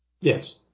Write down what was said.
Yes